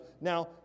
Now